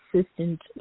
assistant